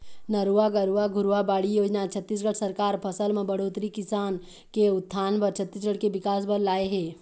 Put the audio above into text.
नरूवा, गरूवा, घुरूवा, बाड़ी योजना छत्तीसगढ़ सरकार फसल म बड़होत्तरी, किसान के उत्थान बर, छत्तीसगढ़ के बिकास बर लाए हे